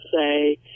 say